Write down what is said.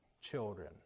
children